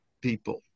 people